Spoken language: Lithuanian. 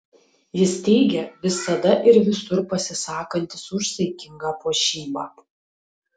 jis teigia visada ir visur pasisakantis už saikingą puošybą